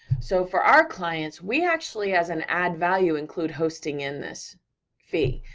so for our clients, we actually, as an add-value, include hosting in this fee.